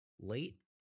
late